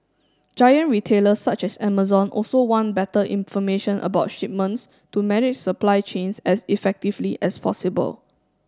giant retailers such as Amazon also want better information about shipments to manage supply chains as effectively as possible